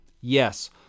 Yes